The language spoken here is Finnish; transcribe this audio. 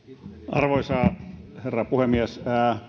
arvoisa herra puhemies